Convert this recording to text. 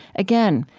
again,